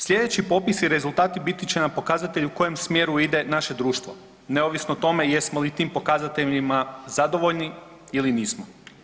Slijedeći popis i rezultati biti će nam pokazatelji u kojem smjeru ide naše društvo neovisno o tome jesmo li tim pokazateljima zadovoljni ili nismo.